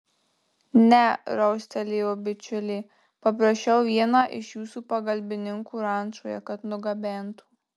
ne raustelėjo bičiulė paprašiau vieną iš jūsų pagalbininkų rančoje kad nugabentų